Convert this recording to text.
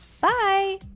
Bye